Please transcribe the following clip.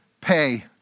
pay